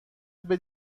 بدید